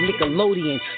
Nickelodeon